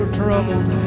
troubled